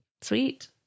Sweet